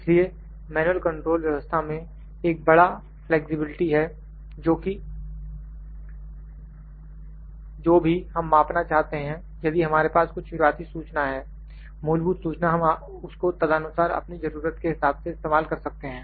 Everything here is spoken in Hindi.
इसलिए मैन्युअल कंट्रोल व्यवस्था में एक बड़ा फ्लैक्सिबिलिटी है जोकि जो भी हम मापना चाहते हैं यदि हमारे पास कुछ शुरुआती सूचना है मूलभूत सूचना हम उसको तदनुसार अपनी जरूरत के हिसाब से इस्तेमाल कर सकते हैं